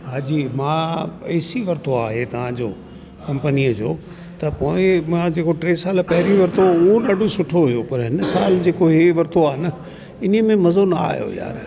हाजी मां एसी वरितो आहे तव्हांजो कंपनीअ जो त पोइ मां जेको टे साल पहिरियों वरितो हुओ उहो बि सुठो हुओ ऐं हिन सालु जेको इहो वरितो आहे न इनमें मज़ो न आहियो यार